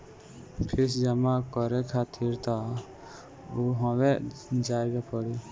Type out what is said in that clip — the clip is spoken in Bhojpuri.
फ़ीस जमा करे खातिर तअ उहवे जाए के पड़ी